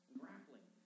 grappling